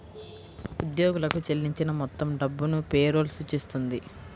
ఉద్యోగులకు చెల్లించిన మొత్తం డబ్బును పే రోల్ సూచిస్తుంది